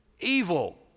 evil